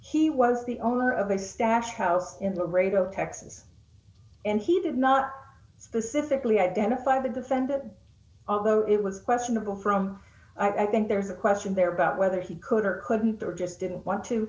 hundred he was the owner of a stash house in the radio texas and he did not specifically identify the defendant although it was questionable from i think there's a question there about whether he could or couldn't there just didn't want to